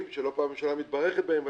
שלא פעם ראשונה היא מתברכת בהם.